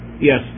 yes